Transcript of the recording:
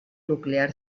nuclear